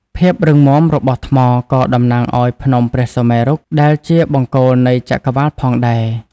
ភាពរឹងមាំរបស់ថ្មក៏តំណាងឲ្យ ភ្នំព្រះសុមេរុ ដែលជាបង្គោលនៃចក្រវាឡផងដែរ។